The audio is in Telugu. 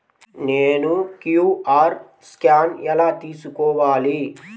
నేను క్యూ.అర్ స్కాన్ ఎలా తీసుకోవాలి?